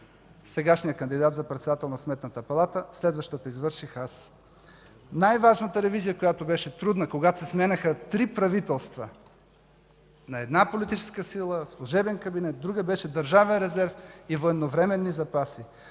сегашния кандидат за председател на Сметната палата, следващата извърших аз. Най-важната ревизия, която беше трудна, когато се сменяха три правителства – на една политическа сила, служебен кабинет, друга, беше Държавен резерв и военновременни запаси.